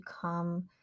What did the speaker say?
come